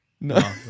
No